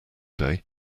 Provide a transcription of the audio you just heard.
day